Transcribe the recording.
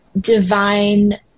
divine